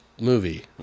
movie